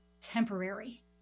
temporary